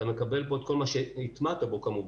אתה מקבל בו את כל מה שהטמעת בו כמובן,